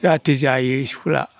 जाहाथे जायो इस्कुला